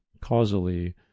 causally